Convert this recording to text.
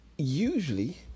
Usually